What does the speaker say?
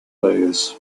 plays